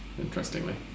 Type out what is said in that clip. interestingly